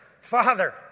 Father